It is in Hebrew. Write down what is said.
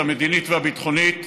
המדינית והביטחונית,